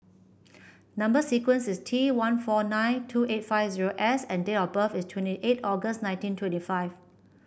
number sequence is T one four nine two eight five zero S and date of birth is twenty eight August nineteen twenty five